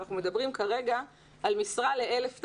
אנחנו מדברים כרגע על משרה ל-1,000 תלמידים.